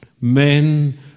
men